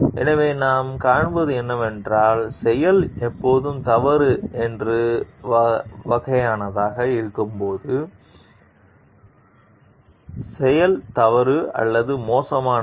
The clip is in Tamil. எனவே நாம் காண்பது என்னவென்றால் செயல் எப்போதும் தவறு என்று வகையானதாக இருக்கும்போது தவறு செயல் தவறு அல்லது மோசமானது